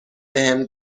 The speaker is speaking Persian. بهم